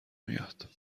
میاد